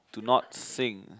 do not sing